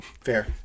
Fair